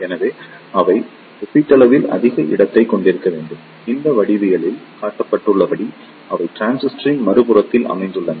எனவே அவை ஒப்பீட்டளவில் அதிக இடத்தைக் கொண்டிருக்க வேண்டும் இந்த வடிவவியலில் காட்டப்பட்டுள்ளபடி அவை டிரான்சிஸ்டரின் மறுபுறத்தில் அமைந்துள்ளன